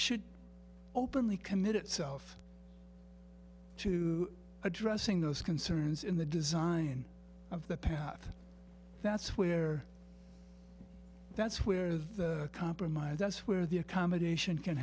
should openly commit itself to addressing those concerns in the design of the that's where that's where the compromise that's where the accommodation can